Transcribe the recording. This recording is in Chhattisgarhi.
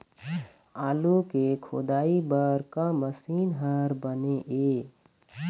आलू के खोदाई बर का मशीन हर बने ये?